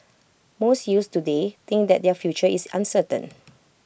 most youths today think that their future is uncertain